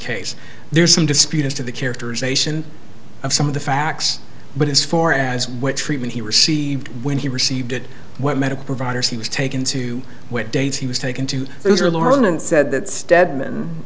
case there's some dispute as to the characterization of some of the facts but as far as what treatment he received when he received it what medical providers he was taken to what dates he was taken to those are lauren and said that stedman